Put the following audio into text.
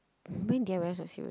when did I realise was serious